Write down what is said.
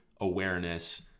awareness